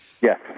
Yes